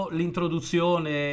l'introduzione